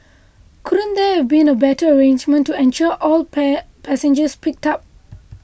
couldn't there have been a better arrangement to ensure all passengers picked up